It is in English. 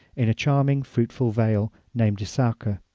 in a charming fruitful vale, named essaka.